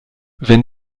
wenn